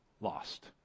lost